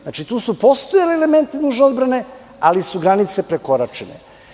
Znači, tu su postojali elementi nužne odbrane, ali su granice prekoračene.